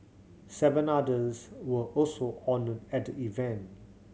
seven others were also honoured at the event